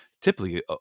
typically